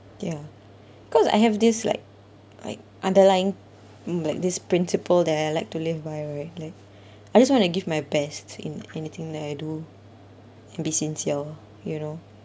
ya cause I have this like I underlying mm like this principle that I'd like to live by right like I just want to give my best in anything that I do and be sincere you know